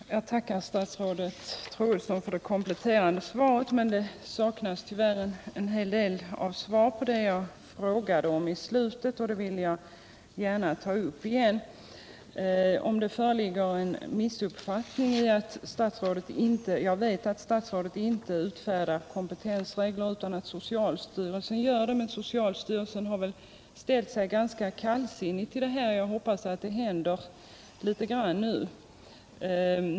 Herr talman! Jag tackar statsrådet Troedsson för det kompletterande svaret, men det saknas tyvärr en hel del svar på det jag frågade om i slutet av mitt förra anförande, och det vill jag gärna ta upp igen. Jag vet att statsrådet inte utfärdar kompetensregler utan att socialstyrelsen gör det, men socialstyrelsen har väl ställt sig ganska kallsinnig i det här fallet. Jag hoppas att det händer litet grand nu.